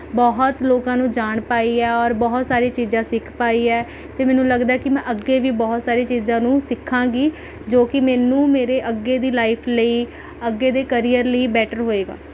ਬਹੁਤ ਲੋਕਾਂ ਨੂੰ ਜਾਣ ਪਾਈ ਆ ਔਰ ਬਹੁਤ ਸਾਰੀਆਂ ਚੀਜ਼ਾਂ ਸਿੱਖ ਪਾਈ ਹੈ ਅਤੇ ਮੈਨੂੰ ਲੱਗਦਾ ਕਿ ਮੈਂ ਅੱਗੇ ਵੀ ਬਹੁਤ ਸਾਰੀਆਂ ਚੀਜ਼ਾਂ ਨੂੰ ਸਿੱਖਾਂਗੀ ਜੋ ਕਿ ਮੈਨੂੰ ਮੇਰੇ ਅੱਗੇ ਦੀ ਲਾਈਫ ਲਈ ਅੱਗੇ ਦੇ ਕਰੀਅਰ ਲਈ ਬੇਟਰ ਹੋਏਗਾ